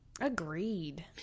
agreed